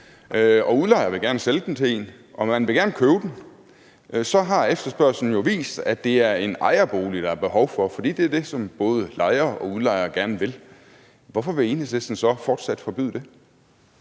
og udlejer gerne vil sælge den til en og man gerne vil købe den, har efterspørgslen jo vist, at det er en ejerbolig, der er behov for. For det er det, som både lejer og udlejer gerne vil. Hvorfor vil Enhedslisten så fortsat forbyde det?